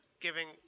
giving